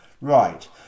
right